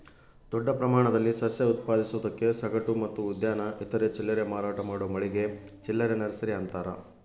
ದೊಡ್ಡ ಪ್ರಮಾಣದಲ್ಲಿ ಸಸ್ಯ ಉತ್ಪಾದಿಸೋದಕ್ಕೆ ಸಗಟು ಮತ್ತು ಉದ್ಯಾನ ಇತರೆ ಚಿಲ್ಲರೆ ಮಾರಾಟ ಮಾಡೋ ಮಳಿಗೆ ಚಿಲ್ಲರೆ ನರ್ಸರಿ ಅಂತಾರ